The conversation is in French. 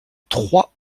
trois